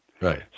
Right